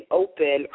open